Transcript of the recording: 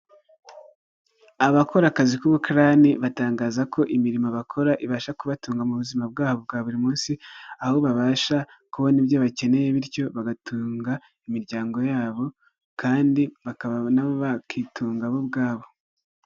Abakora akazi k'uburani batangaza ko imirimo bakora ibasha kubatunga mu buzima bwabo bwa buri munsi, aho babasha kubona ibyo bakeneye bityo bagatunga imiryango yabo kandi bakaba nabo bakitunga bo ubwabo.